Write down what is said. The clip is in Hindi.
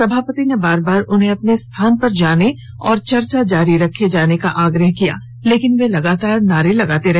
सभापति ने बार बार उन्हे अपने स्थान पर जाने और चर्चा जारी रखे जाने का आग्रह किया लेकिन वे लगातार नारे लगाते रहे